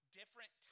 different